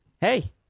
Hey